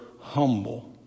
humble